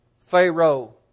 Pharaoh